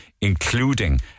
including